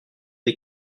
des